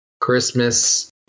Christmas